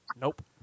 Nope